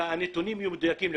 שהנתונים יהיו מדויקים.